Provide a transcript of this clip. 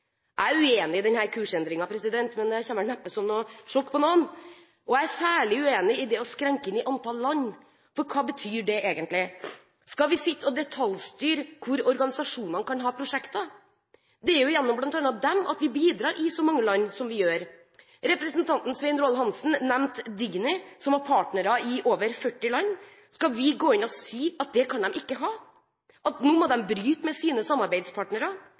Jeg er uenig i denne kursendringen – det kommer vel neppe som noe sjokk på noen – og jeg er særlig uenig i det å kutte i antall land. For hva betyr det egentlig? Skal vi sitte og detaljstyre hvor organisasjonene kan ha prosjekter? Det er jo bl.a. gjennom dem at vi bidrar i så mange land som vi gjør. Representanten Svein Roald Hansen nevnte Digni, som har partnere i over 40 land. Skal vi gå inn og si at det kan de ikke ha, at nå må de bryte med sine samarbeidspartnere?